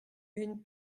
une